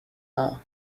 are